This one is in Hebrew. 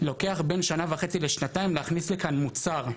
לוקח בין שנה וחצי לשנתיים להכניס לכאן מוצר.